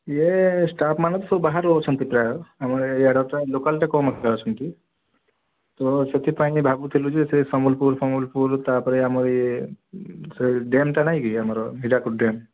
ଇଏ ଷ୍ଟାଫ୍ମାନେ ସବୁ ବାହାରେ ରହୁଛନ୍ତି ପ୍ରାୟ ଆମର ଇଆଡ଼େ ତ ଲୋକାଲ୍ଟା କମ୍ ମାତ୍ରାରେ ଅଛନ୍ତି ତ ସେଥିପାଇଁ ଭାବୁଥିଲୁ ଯେ ସେ ସମ୍ବଲପୁର ଫମ୍ବଲପୁର ତାପରେ ଆମର ଇଏ ସେ ଡ୍ୟାମ୍ଟା ନାହିଁ ଆମର ହୀରୀକୁଦ ଡ୍ୟାମ୍